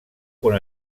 con